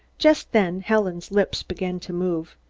just then helen's lips began to move.